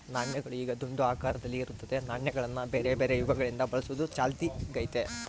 ನಾಣ್ಯಗಳು ಈಗ ದುಂಡು ಆಕಾರದಲ್ಲಿ ಇರುತ್ತದೆ, ನಾಣ್ಯಗಳನ್ನ ಬೇರೆಬೇರೆ ಯುಗಗಳಿಂದ ಬಳಸುವುದು ಚಾಲ್ತಿಗೈತೆ